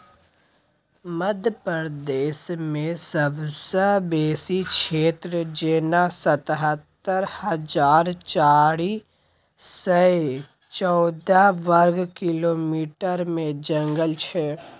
मध्य प्रदेशमे सबसँ बेसी क्षेत्र जेना सतहत्तर हजार चारि सय चौदह बर्ग किलोमीटरमे जंगल छै